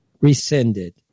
rescinded